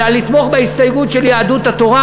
אלא לתמוך בהסתייגות של יהדות התורה